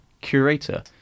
curator